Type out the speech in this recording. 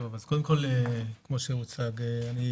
טוב, אז קודם כל, כמו שהוצג, אני